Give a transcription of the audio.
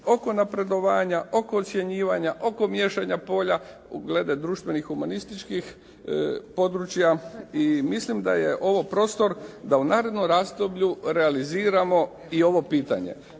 oko napredovanja, oko ocjenjivanja, oko miješanja polja glede društvenih, humanističkih područja i mislim da je ovo prostor da u narednom razdoblju realiziramo i ovo pitanje.